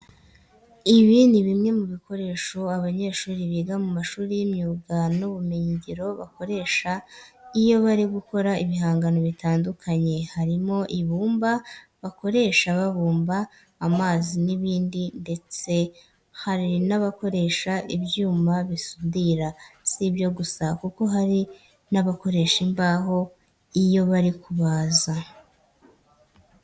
Ibi ni bimwe mu bikoresho abanyeshuri biga mu mashuri y'imyuga n'ubumenyingiro bakoresha iyo bari gukora ibihangano bitandukanye. Harimo ibumba bakoresha babumba, amazi n'ibindi ndetse hari n'abakoresha ibyuma basudira. Si ibyo gusa kuko hari n'abakoresha imbaho iyo bari kubaza.